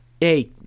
Hey